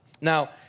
Now